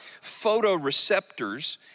photoreceptors